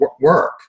work